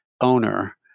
owner